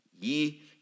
Ye